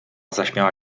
zaśmiała